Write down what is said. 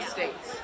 States